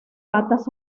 patas